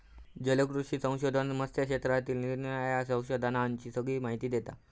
जलकृषी संशोधन मत्स्य क्षेत्रातील निरानिराळ्या संशोधनांची सगळी माहिती देता